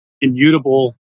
immutable